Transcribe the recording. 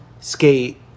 skate